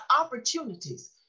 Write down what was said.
opportunities